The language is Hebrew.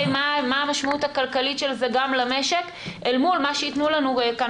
מה המשמעות הכלכלית של זה גם למשק אל מול הנתונים שיתנו לנו כאן